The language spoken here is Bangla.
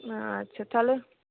আচ্ছা তাহলে